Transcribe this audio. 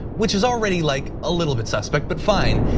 which is already like a little bit suspect but fine,